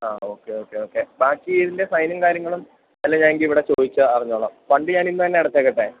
ആ okay okay okay ബാക്കി ഇതിൻ്റെ സൈനും കാര്യങ്ങളും അല്ലേ ഞാനെങ്കിൽ ഇവിടെ ചോദിച്ച് അറിഞ്ഞോളാം ഫണ്ട് ഞാനിന്നുതന്നെ അടച്ചേക്കട്ടെ